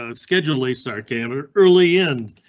ah schedule late. start camera early in.